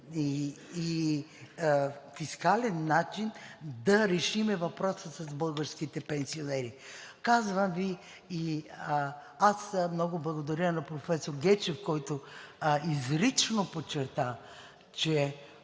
и фискален начин, да решим въпроса с българските пенсионери. Казвам Ви, аз много благодаря на професор Гечев, който изрично подчерта, че